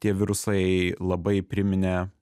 tie virusai labai priminė